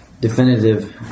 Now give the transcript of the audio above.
Definitive